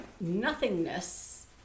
nothingness